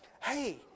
Hey